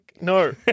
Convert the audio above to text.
No